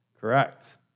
Correct